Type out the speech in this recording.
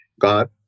God